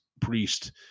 priest